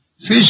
Fish